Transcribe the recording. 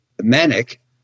manic